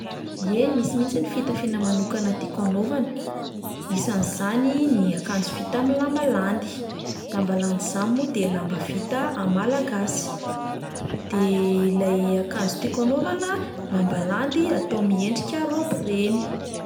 Ie, misy mihitsy ny fitafiana manokana tiako anaovana, isan'izany ny akanjo vita amin'ny lamba landy, lamba landy izany moa de lamba vita a- malagasy de ilay akanjo tiako anaovana lamba landy atao miendrika raoby ireny.